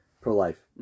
pro-life